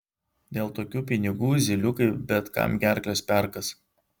dėl tokių pinigų zyliukai bet kam gerkles perkąs